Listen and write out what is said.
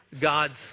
God's